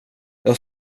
jag